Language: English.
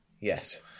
Yes